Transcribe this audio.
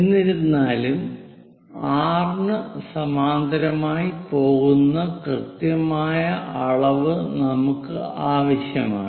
എന്നിരുന്നാലും 6 ന് സമാന്തരമായി പോകുന്ന കൃത്യമായ അളവ് നമുക്ക് ആവശ്യമാണ്